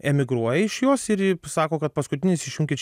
emigruoja iš jos ir sako kad paskutinis išjunkit